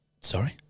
sorry